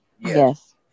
Yes